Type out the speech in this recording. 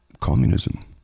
communism